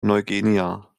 neuguinea